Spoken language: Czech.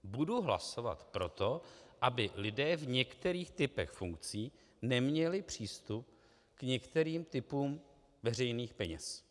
Budu hlasovat pro to, aby lidé v některých typech funkcí neměli přístup k některým typům veřejných peněz.